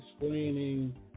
explaining